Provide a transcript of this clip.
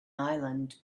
island